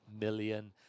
million